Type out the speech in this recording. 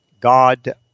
God